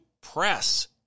press